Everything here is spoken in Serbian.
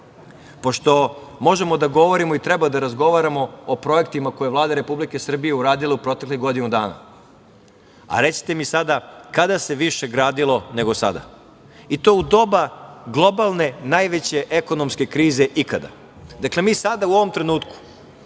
Pošto možemo da govorimo i treba da razgovaramo o projektima koje je Vlada Republike Srbije uradila u proteklu godinu dana. A, recite mi sada, kada se više gradilo nego sada? I to u doba globalne najveće ekonomske krize ikada. Dakle, mi sada u ovom trenutku